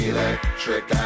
Electric